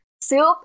soup